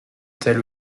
tel